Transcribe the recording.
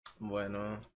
Bueno